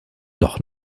doch